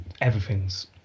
everything's